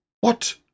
What